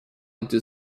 into